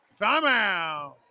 Timeout